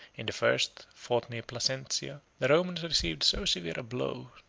in the first, fought near placentia, the romans received so severe a blow,